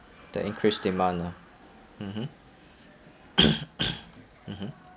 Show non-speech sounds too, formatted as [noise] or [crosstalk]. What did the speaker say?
the increased demand ah mmhmm [noise] mm